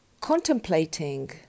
contemplating